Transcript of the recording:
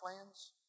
plans